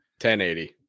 1080